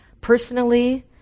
Personally